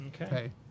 Okay